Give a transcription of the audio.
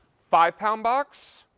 five pound box,